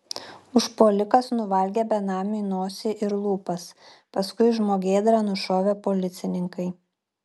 užpuolikas nuvalgė benamiui nosį ir lūpas paskui žmogėdrą nušovė policininkai